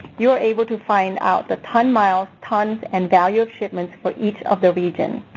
you are able to find out the ton miles, tons and value of shipment for each of the regions.